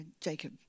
Jacob